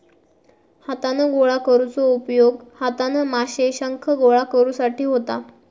हातान गोळा करुचो उपयोग हातान माशे, शंख गोळा करुसाठी होता